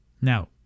Now